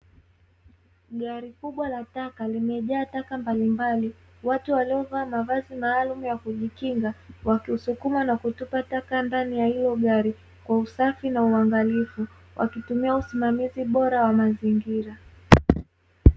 Gari kubwa la taka limejaa taka mbalimbali, watu waliovaa mavazi maalumu ya kujikinga wakiusukuma na kutupa taka ndani ya hilo gari, kwa usafi na uangalifu, wakitumia usimamizi bora wa mazingira.